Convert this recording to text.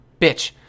Bitch